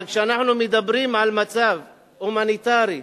אבל כשאנחנו מדברים על מצב הומניטרי,